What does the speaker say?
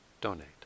donate